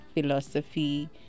philosophy